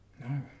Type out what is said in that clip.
no